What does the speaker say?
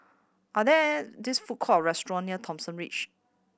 are there this food court or restaurant near Thomson Ridge